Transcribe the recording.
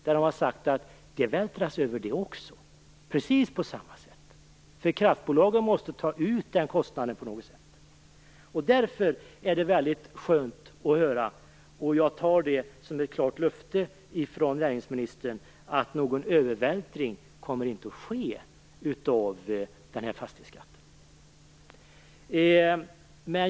Man säger från industrin att den också vältras över precis på samma sätt. Kraftbolagen måste nämligen ta ut denna kostnad på något sätt. Därför är det mycket skönt att höra, vilket jag tar som ett klart löfte från näringsministern, att någon övervältring av denna fastighetsskatt inte kommer att ske.